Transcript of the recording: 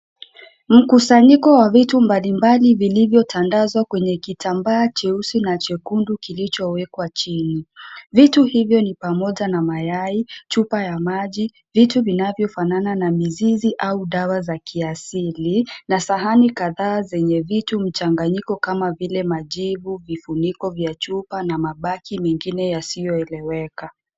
Mkusanyiko wa vitu mbalimbali vilivyo tandazwa kwenye kitambaa cheusi na chekundu kilichowekwa chini. Vitu hivyo ni pamoja na mayai, chupa ya maji, vitu vinavyo fanana na mizizi au dawa za kiasili, na sahani kadhaa zenye vitu mchanganyiko kama vile majibu, vifuniko vya chupa, na mabaki mengine yasiyo eleweka.